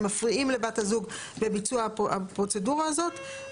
מפריעים לבת הזוג בביצוע הפרוצדורה הזאת.